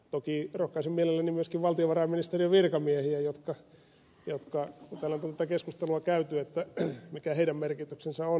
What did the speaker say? toki rohkaisen mielelläni myöskin valtiovarainministeriön virkamiehiä kun täällä on tätä keskustelua käyty mikä heidän merkityksensä on